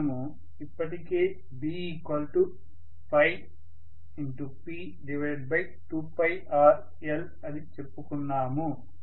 మనము ఇప్పటికే BP2rlఅని చెప్పుకున్నాము